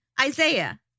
Isaiah